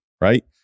right